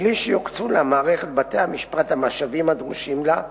בלי שיוקצו למערכת בתי-המשפט המשאבים הדרושים לה,